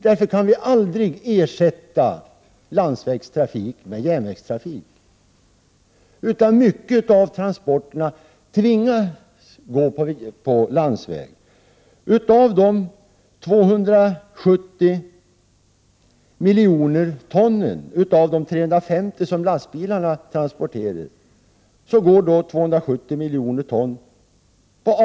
Således kan vi aldrig ersätta landsvägstrafiken med järnvägstrafik, utan många av transporterna måste ske på landsväg. 270 miljoner ton av de 350 miljoner ton som lastbilarna transporterar fraktas på sträckor understigande 10 mil.